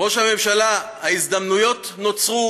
ראש הממשלה, ההזדמנויות נוצרו